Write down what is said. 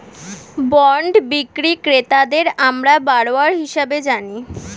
bond বিক্রি ক্রেতাদের আমরা বরোয়ার হিসেবে জানি